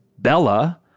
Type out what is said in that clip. Bella